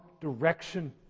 direction